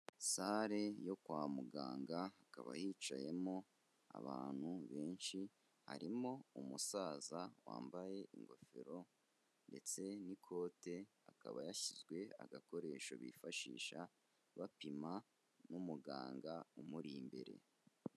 Sale yo kwa muganga ikaba yicayemo abantu benshi, harimo umusaza wambaye ingofero ndetse n'ikote akaba yashyizwe agakoresho bifashisha bapima n'umuganga umuri imbere.